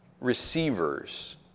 receivers